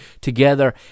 together